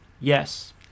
Yes